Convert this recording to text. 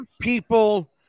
people